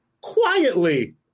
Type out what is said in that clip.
quietly